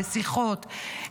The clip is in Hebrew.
בשיחות,